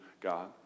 God